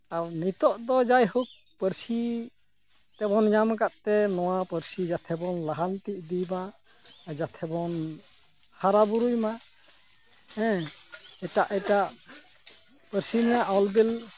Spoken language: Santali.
ᱟᱨ ᱱᱤᱛᱳᱜ ᱫᱚ ᱡᱟᱭᱦᱳᱠ ᱯᱟᱹᱨᱥᱤ ᱛᱮᱵᱚᱱ ᱧᱟᱢ ᱟᱠᱟᱫ ᱛᱮ ᱱᱚᱣᱟ ᱯᱟᱹᱨᱥᱤ ᱡᱟᱛᱮ ᱵᱚᱱ ᱞᱟᱦᱟᱱᱛᱤ ᱤᱫᱤᱭ ᱢᱟ ᱟᱨ ᱡᱟᱛᱮ ᱵᱚᱱ ᱦᱟᱨᱟ ᱵᱩᱨᱩᱭ ᱢᱟ ᱦᱮᱸ ᱮᱴᱟᱜ ᱮᱴᱟᱜ ᱯᱟᱹᱨᱥᱤ ᱨᱮᱱᱟᱜ ᱚᱞᱵᱤᱞ